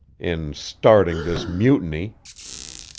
in starting this mutiny.